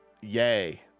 Yay